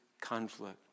conflict